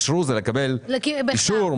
אישרו זה לקבל אישור,